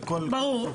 ברור.